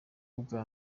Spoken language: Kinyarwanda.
bwa